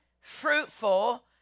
fruitful